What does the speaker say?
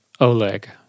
Oleg